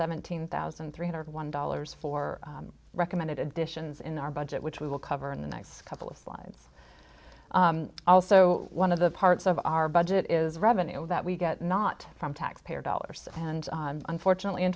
seventeen thousand three hundred one dollars for recommended additions in our budget which we will cover in the next couple of slides also one of the parts of our budget is revenue that we get not from taxpayer dollars and unfortunately in